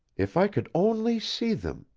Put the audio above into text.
if i could only see them,